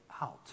out